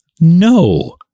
no